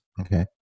Okay